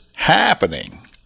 happening